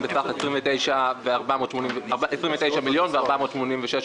בקשה מס' 52-014 אושרה.